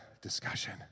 discussion